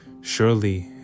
Surely